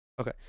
Okay